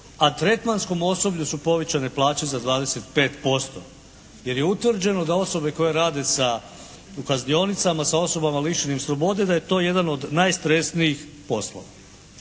a tretmanskom osoblju su povećane plaće za 25%, jer je utvrđeno da osobe koje rade sa, u kaznionicama sa osobama lišenim slobode da je to jedan od najstresnijih poslova.